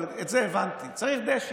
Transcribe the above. אבל את זה הבנתי: צריך דשן.